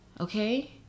okay